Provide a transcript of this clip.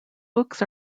books